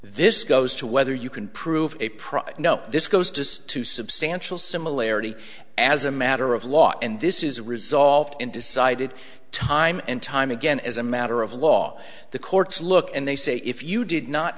this goes to whether you can prove a profit no this goes just to substantial similarity as a matter of law and this is resolved and decided time and time again as a matter of law the courts look and they say if you did not